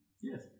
Yes